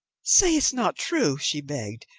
say it's not true, she begged,